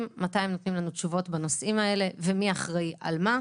מתי הם נותנים לנו תשובות בנושאים האלה ומי אחראי על מה.